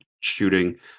shooting